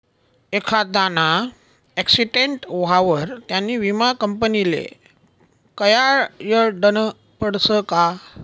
एखांदाना आक्सीटेंट व्हवावर त्यानी विमा कंपनीले कयायडनं पडसं का